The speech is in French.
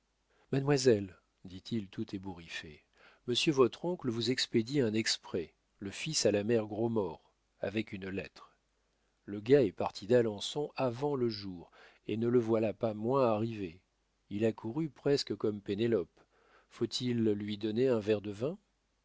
mademoiselle dit-il tout ébouriffé monsieur votre oncle vous expédie un exprès le fils à la mère grosmort avec une lettre le gars est parti d'alençon avant le jour et ne le voilà pas moins arrivé il a couru presque comme pénélope faut-il lui donner un verre de vin